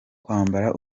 kwambara